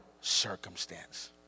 circumstance